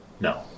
No